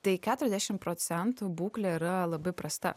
tai keturiasdešim procentų būklė yra labai prasta